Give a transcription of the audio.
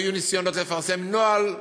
היו ניסיונות לפרסם נוהל,